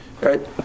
Right